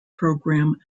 program